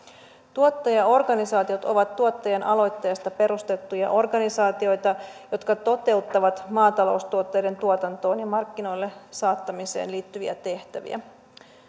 tuottajaorganisaatiot ovat tuottajien aloitteesta perustettuja organisaatioita jotka toteuttavat maataloustuotteiden tuotantoon ja markkinoille saattamiseen liittyviä tehtäviä